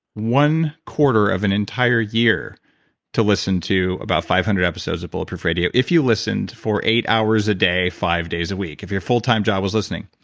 one quarter of an entire year to listen to about five hundred episodes of bulletproof radio. if you listened for eight hours a day, five days a week. if your full-time job was listening.